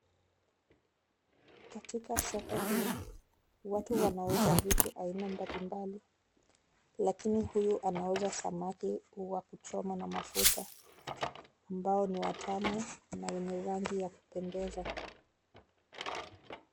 Katika soko hii, watu wanauza vitu aina mbalimbali lakini huyu anauza samaki wa kuchoma na mafuta ambao ni watamu na wenye rangi ya kupendeza.